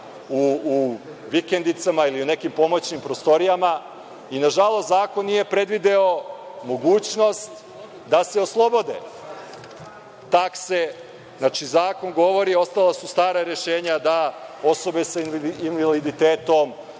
u vikendicama ili u nekim pomoćnim prostorijama i, nažalost, zakon nije predvideo mogućnost da se oslobode takse, znači, zakon govori, ostala su stara rešenja, da osobe sa invaliditetom,